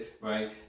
right